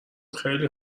خیلی